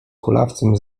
kulawcem